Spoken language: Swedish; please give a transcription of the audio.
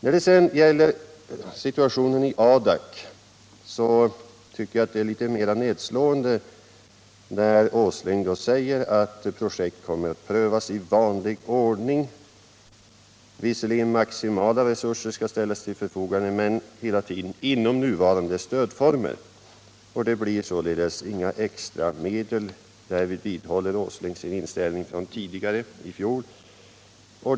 När det gäller situationen i Adak tycker jag att det är mera nedslående när Nils Åsling säger att projekt kommer att prövas i vanlig ordning. Visserligen skall maximala resurser ställas till förfogande, men det skall hela tiden ske inom nuvarande stödformer. Det blir således inga extra medel. Här vidhåller Nils Åsling sin inställning från i fjol.